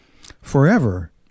Forever